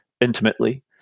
intimately